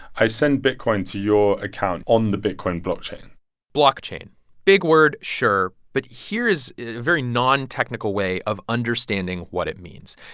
i send bitcoin to your account on the bitcoin blockchain blockchain big word, sure. but here is a very nontechnical way of understanding what it means.